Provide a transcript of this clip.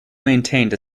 maintained